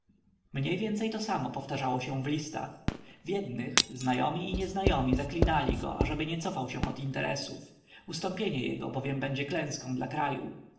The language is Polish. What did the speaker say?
mniej więcej to samo powtarzało się w listach w jednych znajomi i nieznajomi zaklinali go ażeby nie cofał się od interesów ustąpienie jego bowiem będzie klęską dla kraju